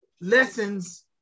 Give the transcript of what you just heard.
lessons